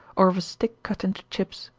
or of a stick cut into chips,